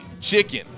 chicken